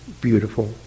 beautiful